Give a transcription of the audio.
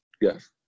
Yes